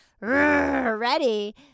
ready